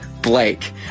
Blake